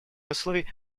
условий